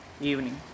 Evening